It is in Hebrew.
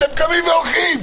אתם קמים והולכים.